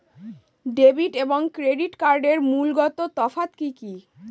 Debit এবং credit কার্ডের মূলগত তফাত কি কী?